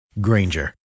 Granger